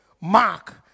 mark